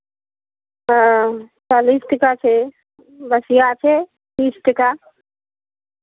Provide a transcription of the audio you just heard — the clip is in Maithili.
हँ चालीस टाका छै बसिआ छै तीस टाका